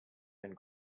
and